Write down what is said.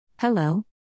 Hello